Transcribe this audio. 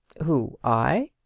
who? i?